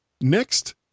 Next